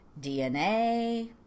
DNA